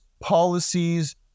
policies